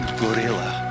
gorilla